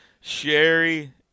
sherry